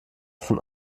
von